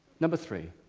number three.